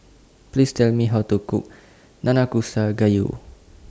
Please Tell Me How to Cook Nanakusa Gayu